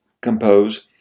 compose